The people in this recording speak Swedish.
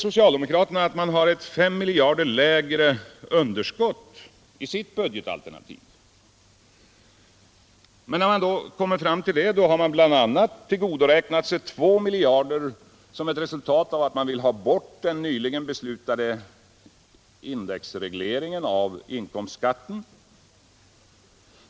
Socialdemokraterna säger sig ha ett 5 miljarder lägre underskott i sitt budgetalternativ. Men när man kommer fram till detta har man bl.a. tillgodoräknat sig 2 miljarder som ett resultat av att man vill ha bort den nyligen beslutade indexregleringen av inkomstskatten.